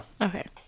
Okay